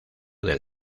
del